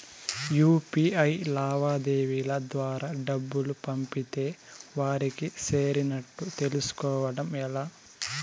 UPI లావాదేవీల ద్వారా డబ్బులు పంపితే వారికి చేరినట్టు తెలుస్కోవడం ఎలా?